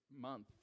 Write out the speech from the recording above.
month